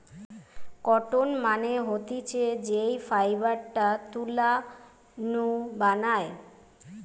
cotton মানে হতিছে যেই ফাইবারটা তুলা নু বানায়